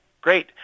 great